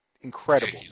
incredible